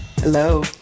hello